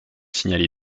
signalé